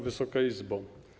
Wysoka Izbo!